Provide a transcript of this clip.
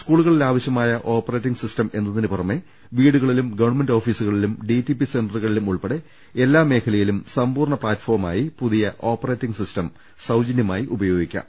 സ്കൂളുകളിൽ ആവശ്യമായ operating system എന്നതിനുപുറമെ വീടുകളിലും ഗവൺമെന്റ് ഓഫീസുകളിലും ഡി ടി പി സെന്ററുകളിലും ഉൾപ്പെടെ എല്ലാ മേഖലയിലും സമ്പൂർണ്ണ പ്ലാറ്റ്ഫോമായി പുതിയ ഓപ്പറേറ്റിംഗ് സിസ്റ്റം സൌജന്യമായി ഉപയോഗി ക്കാം